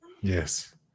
Yes